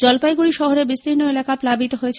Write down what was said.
জলপাইগুডি শহরের বিস্তীর্ণ এলাকা প্লাবিত হয়েছে